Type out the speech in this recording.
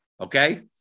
Okay